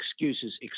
excuses